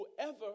Whoever